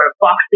boxing